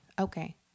Okay